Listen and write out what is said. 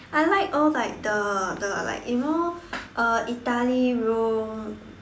I like all like the the like you know uh Italy Rome